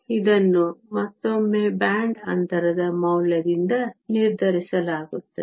ಇದನ್ನು ಮತ್ತೊಮ್ಮೆ ಬ್ಯಾಂಡ್ ಅಂತರದ ಮೌಲ್ಯದಿಂದ ನಿರ್ಧರಿಸಲಾಗುತ್ತದೆ